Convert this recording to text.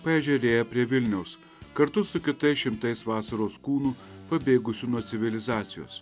paežerėje prie vilniaus kartu su kitais šimtais vasaros kūnų pabėgusių nuo civilizacijos